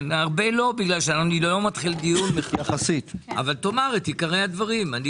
הרבה לומר לא כי אני לא מתחיל דיון מחדש אבל תאמר את עיקרי הדברים.